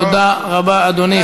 תודה רבה, אדוני.